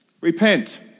Repent